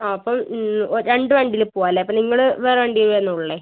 ആ അപ്പം രണ്ട് വണ്ടിയിൽ പോവാമല്ലേ അപ്പം നിങ്ങൾ വേറെ വണ്ടിയിൽ വന്നോളുമല്ലേ